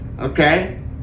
Okay